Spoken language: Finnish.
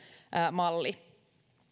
malli